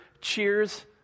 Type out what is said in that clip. cheers